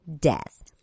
death